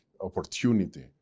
opportunity